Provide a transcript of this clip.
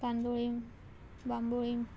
Candolim Bambolim